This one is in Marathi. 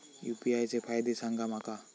यू.पी.आय चे फायदे सांगा माका?